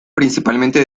principalmente